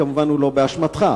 כמובן הוא לא באשמתך,